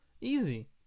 Easy